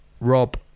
Rob